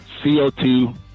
CO2